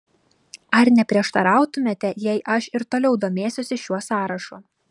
ar neprieštarautumėte jei aš ir toliau domėsiuosi šiuo sąrašu